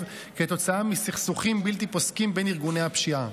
כתוצאה מסכסוכים בלתי פוסקים בין ארגוני הפשיעה.